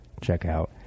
checkout